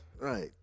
Right